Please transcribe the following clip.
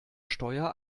steuer